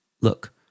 Look